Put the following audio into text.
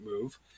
move